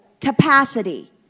capacity